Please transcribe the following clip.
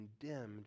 condemned